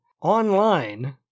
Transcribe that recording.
online